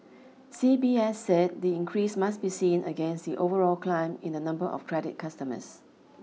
C B S said the increase must be seen against the overall climb in the number of credit customers